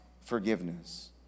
forgiveness